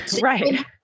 Right